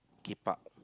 keep up